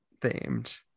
themed